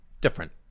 Different